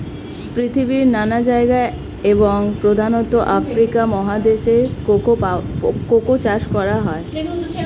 পৃথিবীর নানা জায়গায় এবং প্রধানত আফ্রিকা মহাদেশে কোকো চাষ করা হয়